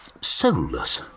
soulless